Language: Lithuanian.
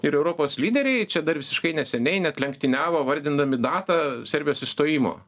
ir europos lyderiai čia dar visiškai neseniai net lenktyniavo vardindami datą serbijos įstojimo